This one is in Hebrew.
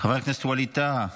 חבר הכנסת ווליד טאהא,